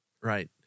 right